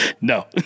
No